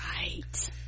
right